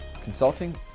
consulting